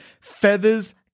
feathers